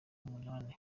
umunani